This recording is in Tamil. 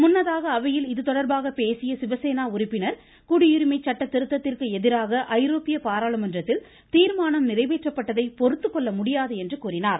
முன்னதாக அவையில் இது தொடர்பாக பேசிய சிவசேனா உறுப்பினர் குடியுரிமை சட்டத்திருத்தத்திற்கு எதிராக ஐரோப்பிய பாராளுமன்றத்தில் தீர்மானம் நிறைவேற்றப்பட்டதை பொறுத்துக் கொள்ள முடியாது என்று கூறினார்